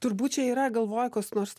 turbūt čia yra galvoj koks nors